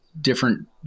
different